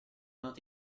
not